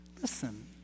Listen